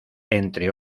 entre